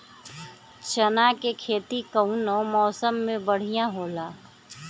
चना के खेती कउना मौसम मे बढ़ियां होला?